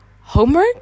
homework